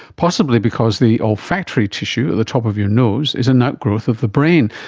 possibly because the olfactory tissue at the top of your nose is an outgrowth of the brain.